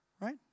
Right